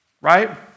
right